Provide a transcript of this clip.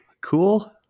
cool